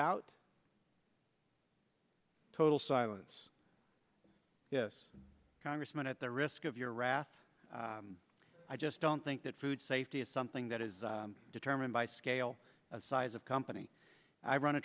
out total silence this congressman at the risk of your wrath i just don't think that food safety is something that is determined by scale size of company i run a